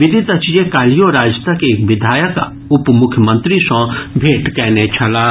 विदित अछि जे काल्हियो राजदक एक विधायक उप मुख्यमंत्री सॅ भेंट कयने छलाह